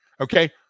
Okay